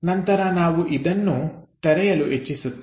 ನಂತರ ನಾವು ಇದನ್ನು ತೆರೆಯಲು ಇಚ್ಚಿಸುತ್ತೇವೆ